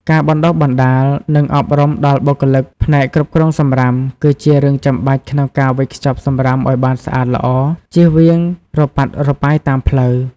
ការបណ្តុះបណ្តាល និងអប់រំដល់បុគ្គលិកផ្នែកគ្រប់គ្រងសំរាម គឺជារឿងចាំបាច់ក្នុងការវេចខ្ចប់សម្រាមឲ្យបានស្អាតល្អ ជៀសវាងរប៉ាត់រប៉ាយតាមផ្លូវ។